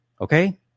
okay